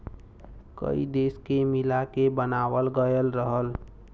कई देश के मिला के बनावाल गएल रहल